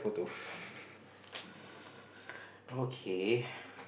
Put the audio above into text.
okay